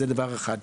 זה דבר אחד.